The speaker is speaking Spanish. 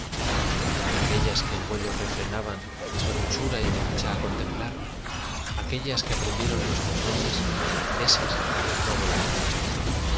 pero aquellas que el vuelo refrenaban tu hermosura y mi dicha al contemplar aquellas que aprendieron nuestros nombres ésas no volverán